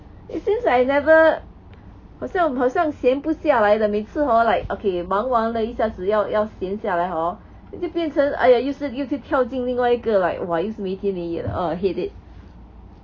it seems like I never 好像好像闲不下来的每次 hor like okay 忙完了一下子要要闲下来 hor 就变成 !aiya! 又是又去跳进另外一个 like !wah! 又是没天没夜的 uh I hate it